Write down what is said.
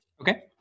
Okay